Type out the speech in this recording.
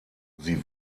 sie